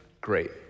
great